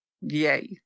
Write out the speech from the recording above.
Yay